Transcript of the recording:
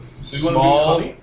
Small